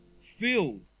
Filled